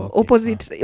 opposite